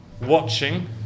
watching